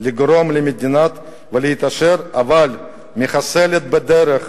לגרום למדינה להתעשר, אבל מחסלת בדרך